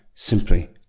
simply